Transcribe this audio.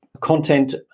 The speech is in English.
content